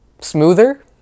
smoother